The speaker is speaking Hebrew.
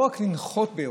לא רק לנחות באירופה.